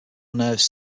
nerves